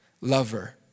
lover